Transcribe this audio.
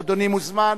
אדוני מוזמן.